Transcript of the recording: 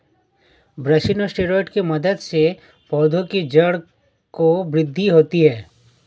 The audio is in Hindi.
ब्रासिनोस्टेरॉइड्स की मदद से पौधों की जड़ की वृद्धि होती है